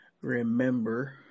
remember